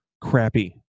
crappy